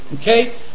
Okay